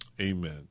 amen